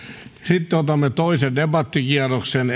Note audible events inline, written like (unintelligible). sitten otamme toisen debattikierroksen (unintelligible)